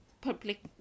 public